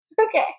Okay